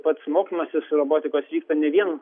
pats mokymasis robotikos vyksta ne vien